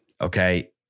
Okay